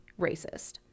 racist